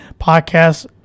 podcast